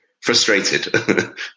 Frustrated